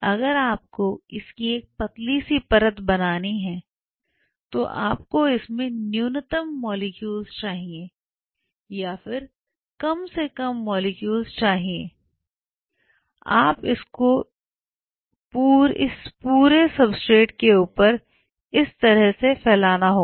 अगर आपको इसकी एक पतली सी परत बनानी है तो आपको इसमें न्यूनतम मॉलिक्यूल चाहिए या फिर कम से कम मॉलिक्यूल चाहिए और आप इसको इसे पूरे सबस्ट्रेट के ऊपर इस तरह से फैलाना होगा